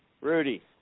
Rudy